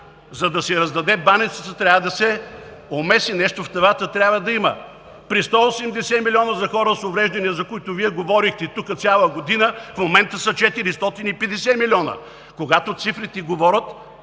За да се раздаде баницата, трябва да се омеси, трябва да има нещо в тавата. При 180 милиона за хора с увреждания, за които Вие говорихте тук цяла година, в момента са 450 милиона. Когато цифрите говорят,